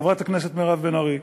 חברת הכנסת מירב בן ארי,